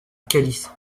calice